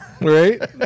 Right